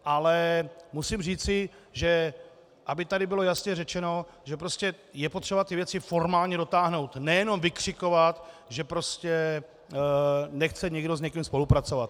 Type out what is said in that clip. Ale musím říci, aby tady bylo jasně řečeno, že prostě je potřeba ty věci formálně dotáhnout, ne jenom vykřikovat, že prostě nechce někdo s někým spolupracovat.